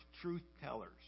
truth-tellers